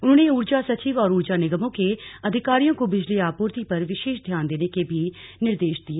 उन्होंने ऊर्जा सचिव और ऊर्जा निगमों के अधिकारियो को बिजली आपूर्ति पर विशेष ध्यान देने के भी निर्देश दिए